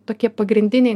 tokie pagrindiniai